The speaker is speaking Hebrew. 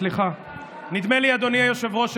אדוני היושב-ראש,